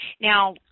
Now